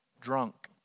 drunk